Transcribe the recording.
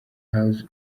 house